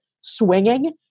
swinging